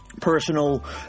personal